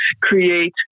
create